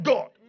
God